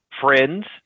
friends